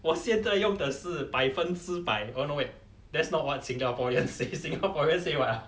我现在用的是百分之百 oh no wait that's not what singaporeans say singaporeans say what ah